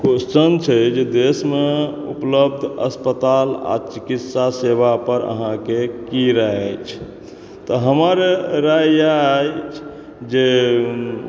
question छै जे देशमे उपलब्ध अस्पताल आ चिकित्सा सेवा पर अहाँके की राय अछि त हमर राय इएह अछि जे